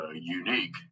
unique